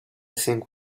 think